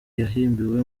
yahimbiwe